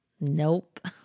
nope